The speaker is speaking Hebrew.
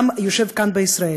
העם היושב כאן בישראל.